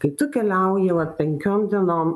kai tu keliauji vat penkiom dienom